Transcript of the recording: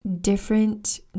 different